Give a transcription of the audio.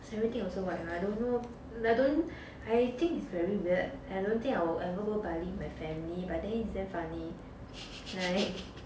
everything also white [what] I don't know I don't I think it's very weird I don't think I will ever go Bali with my family but then it's damn funny like